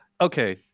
okay